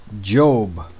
Job